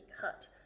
cut